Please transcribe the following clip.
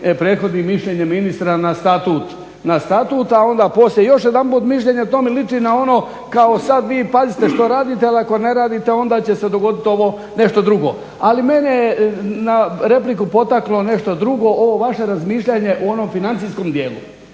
prethodnim mišljenjem ministra na statut, a onda poslije još jedanput mišljenje o tome liči na ono kao sad vi pazite što radite, ali ako ne radite onda će se dogodit nešto drugo. Ali mene je na repliku potaklo nešto drugo, ovo vaše razmišljanje u onom financijskom dijelu,